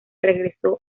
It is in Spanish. regresó